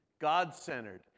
God-centered